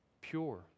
pure